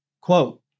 Quote